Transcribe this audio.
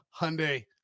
Hyundai